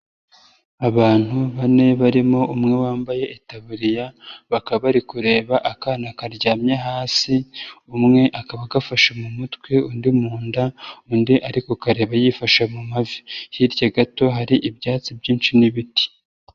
Abantu bane barimo umwe wambaye itaburiya bakaba bari kureba akana karyamye hasi umwe akaba gafashe mu mutwe undi mu nda undi ari kukareba yifashe mu mavi, hirya gato hari ibyatsi byinshi n'ibiti.